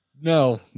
No